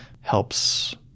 helps